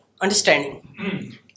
understanding